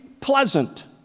pleasant